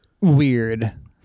weird